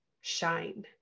shine